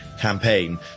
Campaign